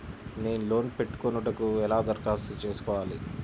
నేను లోన్ పెట్టుకొనుటకు ఎలా దరఖాస్తు చేసుకోవాలి?